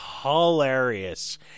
hilarious